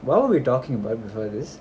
what were we talking about before this